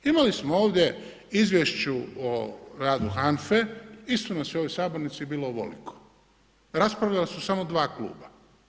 Imali smo ovdje u izvješću o radu HNFA-e isto nas je u ovoj sabornici bilo ovoliko, raspravljala su samo dva kluba.